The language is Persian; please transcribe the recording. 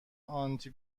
آنتی